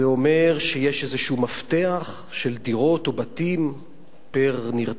זה אומר שיש איזה מפתח של דירות או בתים פר-נרצח,